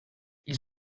ils